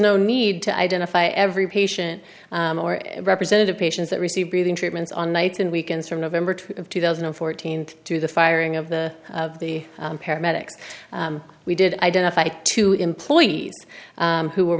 no need to identify every patient or representative patients that receive breathing treatments on nights and weekends from november to two thousand and fourteen to the firing of the of the paramedics we did identify two employees who were